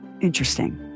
Interesting